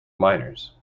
miners